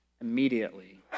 immediately